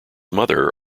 mother